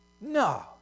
No